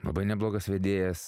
labai neblogas vedėjas